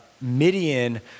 Midian